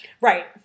Right